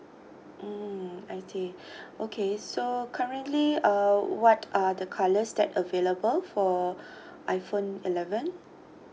mm I see okay so currently uh what are the colours that available for iPhone eleven